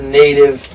native